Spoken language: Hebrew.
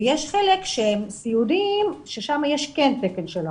ויש חלק שהם סיעודיים ששם כן יש תקן של אחות.